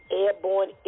Airborne